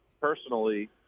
personally